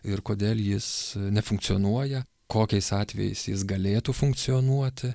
ir kodėl jis nefunkcionuoja kokiais atvejais jis galėtų funkcionuoti